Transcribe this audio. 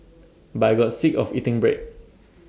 but I got sick of eating bread